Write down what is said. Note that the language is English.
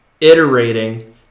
iterating